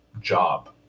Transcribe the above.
job